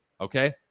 okay